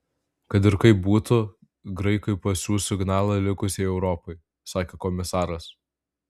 kad ir kaip būtų graikai pasiųs signalą likusiai europai sakė komisaras